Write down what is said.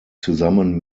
zusammen